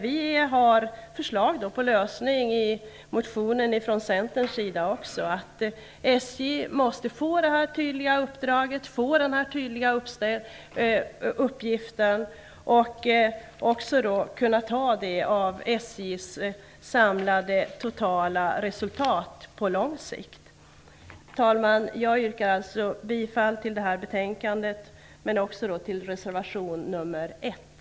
Vi har förslag till lösning i motionen från Centern. SJ måste få detta tydliga uppdrag och denna tydliga uppgift. På lång sikt får kostnaden tas från SJ:s samlade totala resultat. Fru talman! Jag yrkar bifall till reservation nr 1